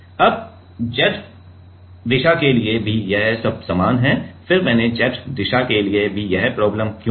अब Z दिशा के लिए भी यह सब समान है फिर मैंने Z दिशा के लिए भी यह प्रॉब्लम क्यों दी